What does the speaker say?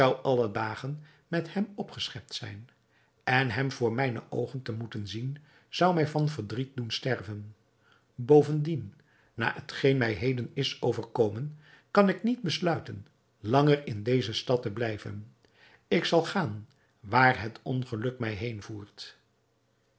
alle dagen met hem opgeschept zijn en hem voor mijne oogen te moeten zien zou mij van verdriet doen sterven bovendien na hetgeen mij heden is overkomen kan ik niet besluiten langer in deze stad te blijven ik zal gaan waar het ongeluk mij heen voert